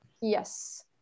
Yes